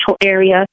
area